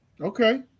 Okay